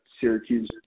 syracuse